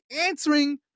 answering